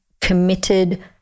committed